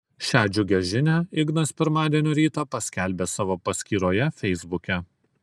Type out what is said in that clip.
šią džiugią žinią ignas pirmadienio rytą paskelbė savo paskyroje feisbuke